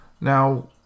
now